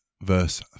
verse